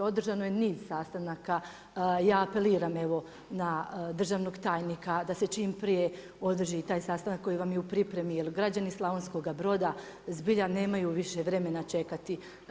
Održano je niz sastanaka, ja apeliram na državnog tajnika da se čim prije održi i taj sastanak koji vam je u pripremi, jer građani Slavonskoga Broda zbilja nemaju više vremena čekati.